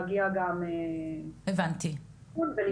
יש